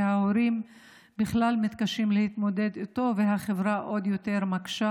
שההורים מתקשים להתמודד איתו והחברה עוד יותר מקשה.